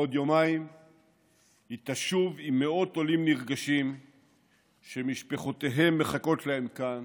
בעוד יומיים היא תשוב עם מאות עולים נרגשים שמשפחותיהם מחכות כאן